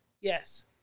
yes